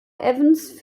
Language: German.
evans